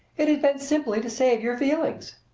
it has been simply to save your feelings.